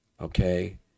okay